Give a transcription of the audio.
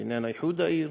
בעניין איחוד העיר,